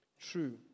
True